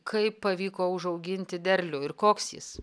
kaip pavyko užauginti derlių ir koks jis